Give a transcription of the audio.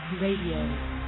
Radio